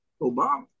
Obama